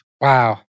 Wow